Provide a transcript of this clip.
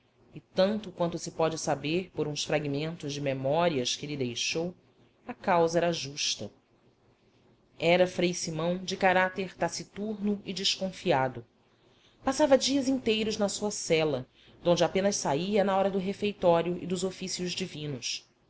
e tanto quanto se pode saber por uns fragmentos de memórias que ele deixou a causa era justa era frei simão de caráter taciturno e desconfiado passava dias inteiros na sua cela donde apenas saía na hora do refeitório e dos ofícios divinos